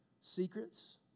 secrets